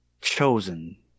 chosen